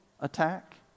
attack